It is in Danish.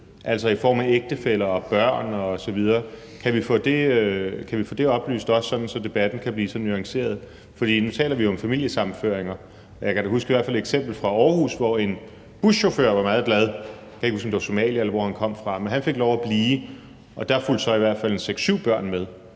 altså i form af ægtefæller, børn osv.? Kan vi få det oplyst, sådan at debatten kan blive nuanceret? For nu taler vi om familiesammenføringer, og jeg kan da i hvert fald huske et eksempel fra Aarhus, hvor en buschauffør var meget glad for – jeg kan ikke huske, hvor han kom fra, om det var fra Somalia – at han fik lov at blive, og der fulgte så i hvert fald seks-syv børn med;